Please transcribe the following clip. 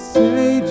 say